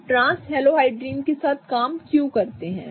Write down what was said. हम trans halohydrin के साथ काम क्यों करते हैं